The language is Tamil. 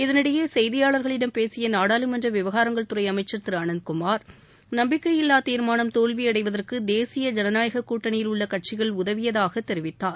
இதனிடையே செய்தியாளர்களிடம் பேசிய நாடாளுமன்ற விவகாரங்கள் துறை அமைச்சர் திரு அனந்த்குமார் நம்பிக்கையில்லா தீர்மானம் தோல்வியளடயவதற்கு தேசிய ஜனநாயகக் கூட்டணியில் உள்ள கட்சிகள் உதவியதாக தெரிவித்தார்